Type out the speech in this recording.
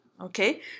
Okay